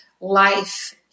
life